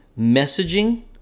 messaging